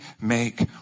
make